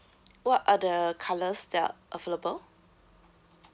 what are the colours that are available